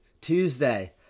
Tuesday